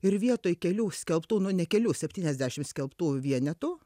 ir vietoj kelių skelbtų nu ne kelių septyniasdešim skelbtų vienetų